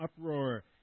uproar